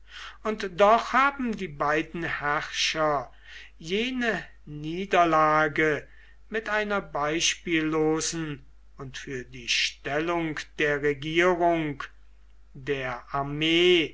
und doch haben die beiden herrscher jene niederlage mit einer beispiellosen und für die stellung der regierung der armee